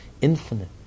infinite